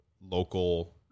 local